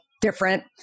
different